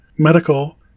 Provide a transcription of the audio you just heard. medical